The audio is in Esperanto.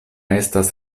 estas